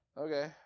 Okay